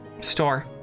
store